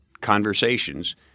conversations